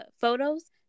photos